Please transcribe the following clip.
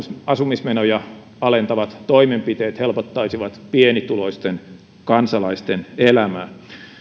asumismenoja alentavat toimenpiteet helpottaisivat kaikkein eniten pienituloisten kansalaisten elämää